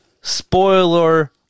Spoiler